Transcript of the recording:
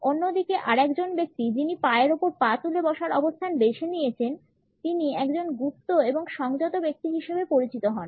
অন্যদিকে আরএকজন ব্যক্তি যিনি পায়ের উপর পা তুলে বসার অবস্থান বেছে নিয়েছেন তিনি একজন গুপ্ত এবং সংযত ব্যক্তি হিসেবে পরিচিত হন